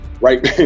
right